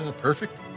Perfect